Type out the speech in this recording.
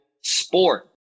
sport